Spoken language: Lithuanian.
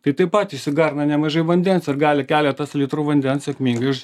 tai tai pat išsigarina nemažai vandens ir gali keletas litrų vandens sėkmingai iš